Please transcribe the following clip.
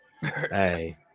Hey